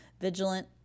vigilant